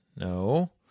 No